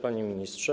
Panie Ministrze!